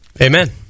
Amen